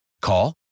Call